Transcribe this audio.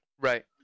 Right